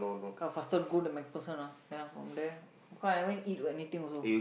come faster go the MacPherson ah ya from there cause I haven't eat anything also